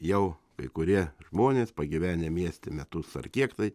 jau kai kurie žmonės pagyvenę mieste metus ar kiek tai